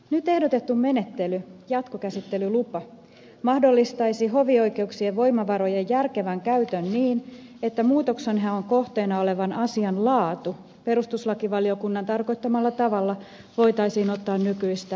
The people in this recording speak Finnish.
nyt ehdotettu menettely jatkokäsittelylupa mahdollistaisi hovioikeuksien voimavarojen järkevän käytön niin että muutoksenhaun kohteena olevan asian laatu perustuslakivaliokunnan tarkoittamalla tavalla voitaisiin ottaa nykyistä paremmin huomioon